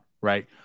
right